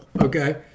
okay